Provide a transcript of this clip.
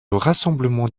rassemblement